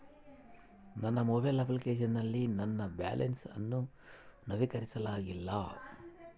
ನನ್ನ mobile application ನಲ್ಲಿ ನನ್ನ ಬ್ಯಾಲೆನ್ಸ್ ಅನ್ನು ನವೀಕರಿಸಲಾಗಿಲ್ಲ